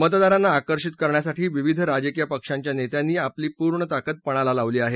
मतदारांना आकर्षित करण्यासाठी विविध राजकीय पक्षांच्या नेत्यांनी आपली पूर्ण ताकद पणाला लावली आहे